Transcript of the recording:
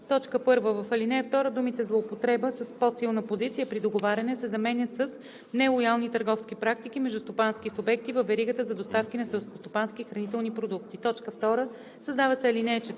1. В ал. 2 думите „злоупотреба с по-силна позиция при договаряне“ се заменят с „нелоялни търговски практики между стопански субекти във веригата за доставки на селскостопански и хранителни продукти“. 2. Създава се ал. 4: